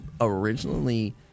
originally